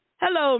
Hello